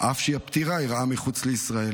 תונפק רק אם הפטירה אירעה בישראל.